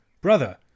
Brother